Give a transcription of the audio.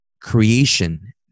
creation